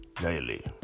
Daily